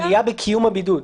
עלייה בקיום הבידוד.